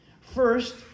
First